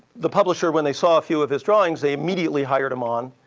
the publisher, when they saw a few of his drawings, they immediately hired him on,